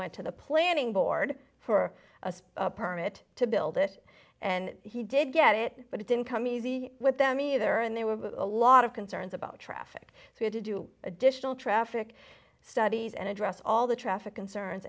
went to the planning board for a permit to build it and he did get it but it didn't come easy with them either and there were a lot of concerns about traffic who had to do additional traffic studies and address all the traffic concerns